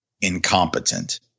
incompetent